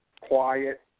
Quiet